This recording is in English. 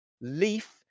Leaf